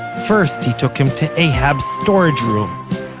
first he took him to ahab's storage rooms.